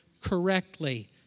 correctly